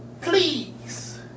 Please